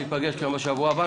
ניפגש כאן בשבוע הבא,